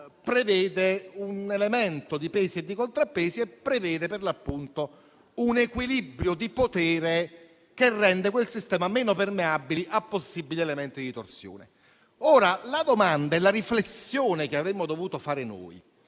prevede un elemento di pesi e di contrappesi e un equilibrio di potere che rendono quel sistema meno permeabile a possibili elementi di ritorsione. La riflessione che avremmo dovuto fare noi